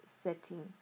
setting